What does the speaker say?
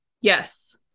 Yes